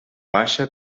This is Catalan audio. baixa